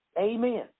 Amen